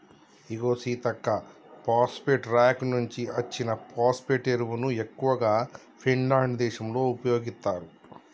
ఇగో Seethakka phosphate rock నుంచి అచ్చిన phosphate ఎరువును ఎక్కువగా ఫిన్లాండ్ దేశంలో ఉపయోగిత్తారు